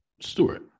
Stewart